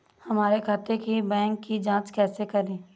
हमारे खाते के बैंक की जाँच कैसे करें?